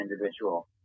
individual